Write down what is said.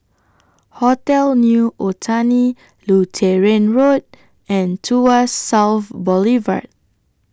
Hotel New Otani Lutheran Road and Tuas South Boulevard